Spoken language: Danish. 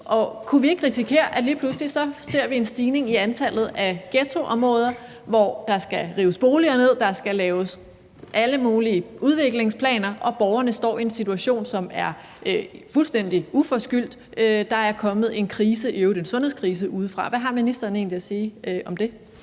kunne vi ikke risikere, at vi lige pludselig ser en stigning i antallet af ghettoområder, hvor der skal rives boliger ned, hvor der skal laves alle mulige udviklingsplaner, mens borgerne står i en situation, som er fuldstændig uforskyldt, fordi der er kommet en krise, i øvrigt en sundhedskrise, udefra? Hvad har ministeren egentlig at sige om det?